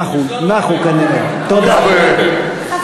תעשה מה שאתה צריך לעשות.